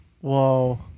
Whoa